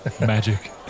Magic